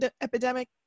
epidemic